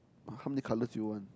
how many colours you want